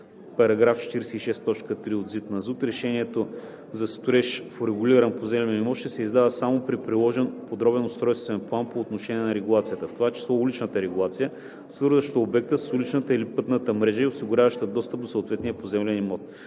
на територията) разрешение за строеж в урегулиран поземлен имот ще се издава само при приложен подробен устройствен план по отношение на регулацията, в това число уличната регулация, свързваща обекта с уличната или пътната мрежа и осигуряваща достъп до съответния поземлен имот.